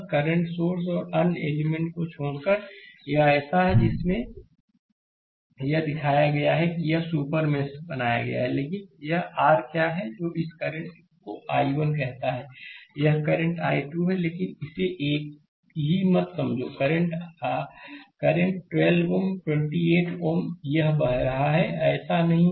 current source और अन्य element को छोड़कर यह ऐसा है जिसमें यह दिखाया गया है कि यह एक सुपर मेष बनाया गया है लेकिन यह आर क्या है जो इस करंट को I1 कहता है यह करंट I2 है लेकिन इसे एक ही मत समझो करंट 12 Ω 28 Ω यह बह रहा है ऐसा नहीं है